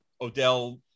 Odell